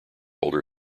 older